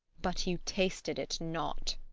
but you tasted it not.